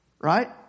Right